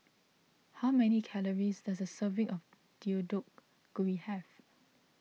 how many calories does a serving of Deodeok Gui have